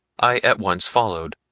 i at once followed.